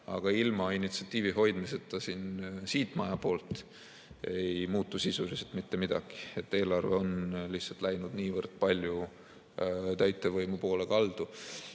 Aga ilma initsiatiivita siit maja poolt ei muutu sisuliselt mitte midagi. Eelarve on lihtsalt läinud niivõrd palju täitevvõimu poole